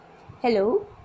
Hello